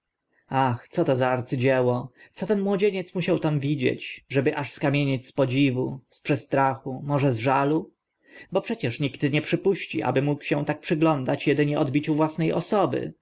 ach co to za arcydzieło co ten młodzieniec musiał tam widzieć żeby aż skamienieć z podziwu z przestrachu może z żalu bo przecież nikt nie przypuści aby miał się przyglądać edynie odbiciu własne osoby